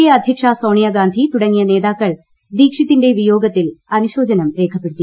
A അധ്യക്ഷ സോണിയഗാന്ധി തുടങ്ങിയ നേതാക്കൾ ദീക്ഷിതിന്റെ വിയോഗത്തിൽ അനുശോചനം രേഖപ്പെടുത്തി